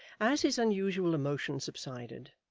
as his unusual emotion subsided,